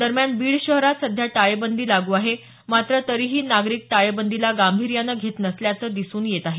दरम्यान बीड शहरात सध्या टाळेबंदी लागू आहे मात्र तरीही नागरिक टाळेबंदीला गांभीर्यानं घेत नसल्याचं दिसून येत आहे